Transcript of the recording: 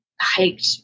hiked